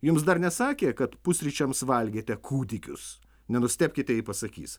jums dar nesakė kad pusryčiams valgėte kūdikius nenustebkite jei pasakys